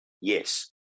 yes